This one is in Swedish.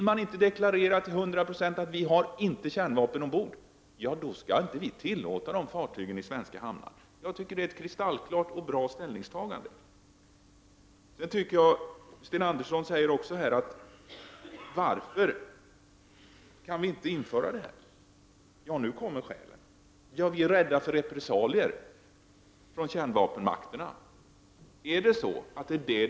Om man inte vill deklarera till 100 96 att det inte finns kärnvapen ombord, då skall vi inte tillåta dessa fartyg att besöka svenska hamnar. Det är en kristallklar och bra ståndpunkt. Som skäl till att inte detta kan ske sade Sten Andersson att vi är rädda för repressalier från kärnvapenmakterna. Är det detta som är skälet?